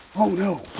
oh no,